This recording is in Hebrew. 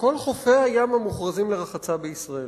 כל חופי הים המוכרזים לרחצה בישראל.